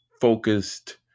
focused